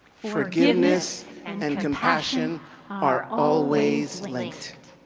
forgiveness and and compassion are always linked